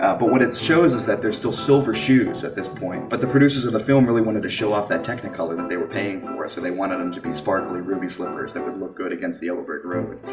ah but what it shows is that they were still silver shoes at this point, but the producers of the film really wanted to show off that technicolor that they were paying for, so they wanted them to be sparkly ruby slippers that would look good against the yellow brick road.